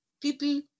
people